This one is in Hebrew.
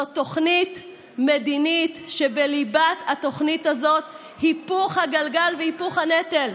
זאת תוכנית מדינית שבליבת התוכנית הזאת היפוך הגלגל והיפוך הנטל.